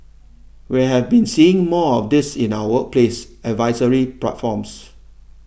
we have been seeing more of this in our workplace advisory platforms